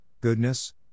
goodness